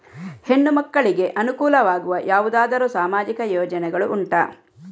ಹೆಣ್ಣು ಮಕ್ಕಳಿಗೆ ಅನುಕೂಲವಾಗುವ ಯಾವುದಾದರೂ ಸಾಮಾಜಿಕ ಯೋಜನೆಗಳು ಉಂಟಾ?